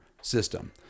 system